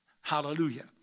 Hallelujah